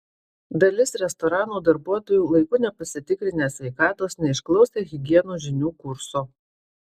dalis restorano darbuotojų laiku nepasitikrinę sveikatos neišklausę higienos žinių kurso